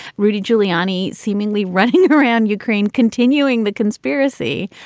rudy giuliani seemingly running around ukraine, continuing the conspiracy.